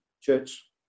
church